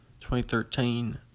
2013